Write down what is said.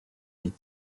des